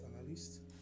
analyst